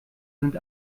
sind